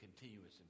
continuous